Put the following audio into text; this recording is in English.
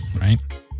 right